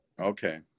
Okay